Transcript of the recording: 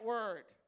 Word